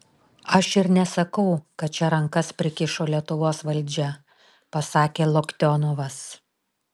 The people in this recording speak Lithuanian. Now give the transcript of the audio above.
aš ir nesakau kad čia rankas prikišo lietuvos valdžia pasakė loktionovas